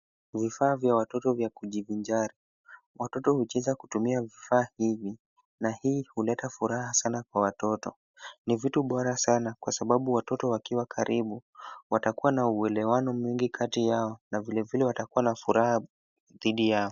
Vifaa vya watoto vya kujivinjari. Watoto hucheza kutumia vifaa hivi na hii huleta furaha sana kwa watoto. Ni vitu bora sana kwa sababu watoto wakiwa karibu, watakuwa na uelewano mwingi kati yao na vilevile watakuwa na furaha dhidi yao.